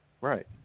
Right